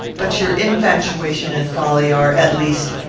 but your infatuation and folly are, at least,